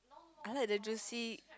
I like the juicy